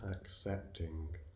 accepting